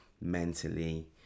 mentally